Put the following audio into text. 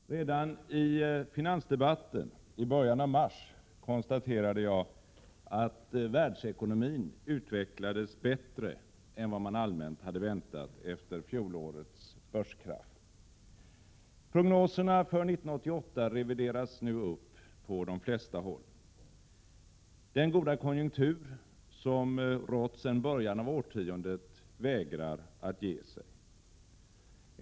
Herr talman! Redan i finansdebatten i början av mars konstaterade jag att världsekonomin utvecklades bättre än vad man allmänt hade väntat efter fjolårets börskrasch. Prognoserna för 1988 revideras nu upp på de flesta håll. Den goda konjunktur som rått sedan början av årtiondet vägrar att ge sig.